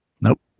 Nope